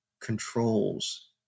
controls